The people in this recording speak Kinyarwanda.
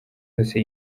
yose